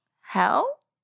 hell